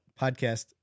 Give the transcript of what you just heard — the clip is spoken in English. podcast